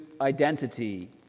identity